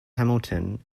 hamilton